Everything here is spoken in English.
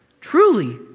Truly